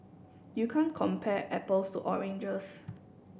you can't compare apples to oranges